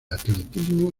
atletismo